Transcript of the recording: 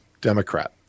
Democrat